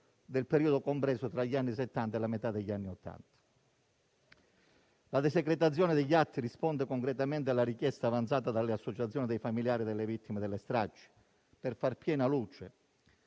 nel periodo compreso tra gli anni Settanta e la metà degli anni Ottanta. La desecretazione degli atti risponde concretamente alla richiesta avanzata dalle associazioni dei familiari delle vittime delle stragi per fare piena luce